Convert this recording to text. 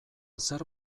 zer